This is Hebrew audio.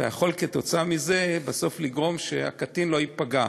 אתה יכול כתוצאה מזה בסוף לגרום שהקטין לא ייפגע.